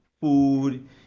food